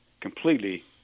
completely